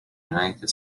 united